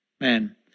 Man